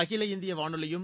அகில இந்திய வானொலியும்